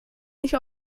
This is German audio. nicht